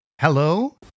Hello